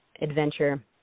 adventure